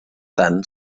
tant